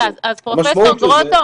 המשמעות של זה,